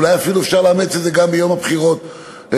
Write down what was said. אולי אפילו אפשר לאמץ את זה גם ביום הבחירות לכנסת,